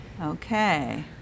okay